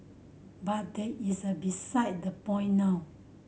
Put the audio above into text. but that is a beside the point now